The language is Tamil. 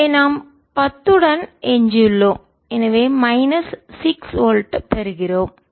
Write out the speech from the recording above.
எனவே நாம் 10 உடன் எஞ்சியுள்ளோம் எனவே மைனஸ் 6 வோல்ட் பெறுகிறோம்